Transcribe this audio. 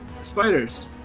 spiders